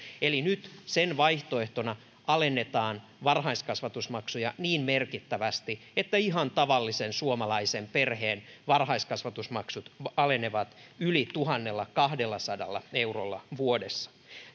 eli nyt sen vaihtoehtona alennetaan varhaiskasvatusmaksuja niin merkittävästi että ihan tavallisen suomalaisen perheen varhaiskasvatusmaksut alenevat yli tuhannellakahdellasadalla eurolla vuodessa